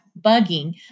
bugging